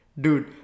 Dude